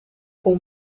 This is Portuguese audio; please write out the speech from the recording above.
com